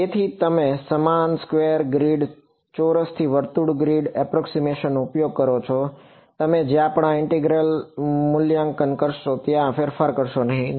તેથી તમે સમાન સ્ક્વેર ગ્રીડ ચોરસથી વર્તુળનો ગ્રીડ નો ઉપયોગ કરો છો તમે જ્યાં પણ આ ઈન્ટિગ્રરલ મૂલ્યાંકન કરશો ત્યાં ફેરફાર કરશો નહીં